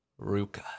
Ruka